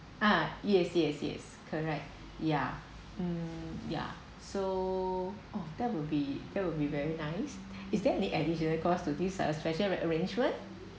ah yes yes yes correct ya um yeah so oh that will be that will be very nice is there any additional costs to this special uh arrangement